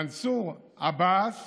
"'מנסור עבאס